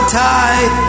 tight